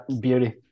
beauty